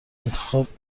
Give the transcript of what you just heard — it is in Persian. انتخاب